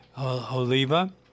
Oliva